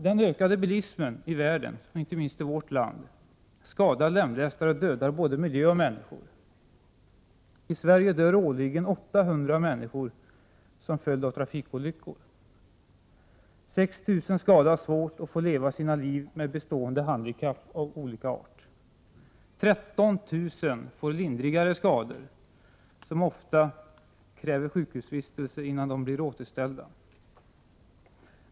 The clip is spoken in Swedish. Den ökande bilismen i världen, inte minst i vårt land, skadar, lämlästar och dödar både miljö och människor. I Sverige dör årligen 800 människor som följd av trafikolyckor. 6 000 skadas svårt och får leva sina liv med bestående handikapp av olika art. 13 000 blir lindrigt skadade men kräver ofta sjukhusvistelse innan de blir återställda.